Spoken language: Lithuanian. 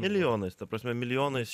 milijonais ta prasme milijonais